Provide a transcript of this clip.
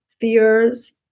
fears